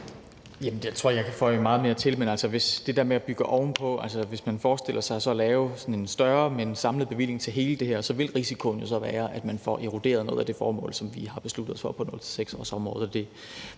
det der med at bygge ovenpå: Hvis man så forestiller sig at lave sådan en større, men samlet bevilling for hele det her, så vil risikoen være, at man får eroderet noget af det formål, som vi har besluttet os for på 0-6-årsområdet.